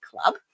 club